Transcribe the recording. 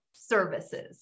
services